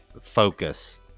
focus